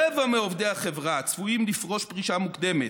רבע מעובדי החברה צפויים לפרוש פרישה מוקדמת.